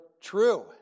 true